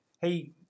hey